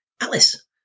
Alice